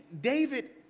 David